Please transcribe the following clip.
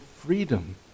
freedom